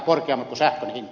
arvoisa puhemies